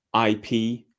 IP